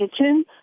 kitchen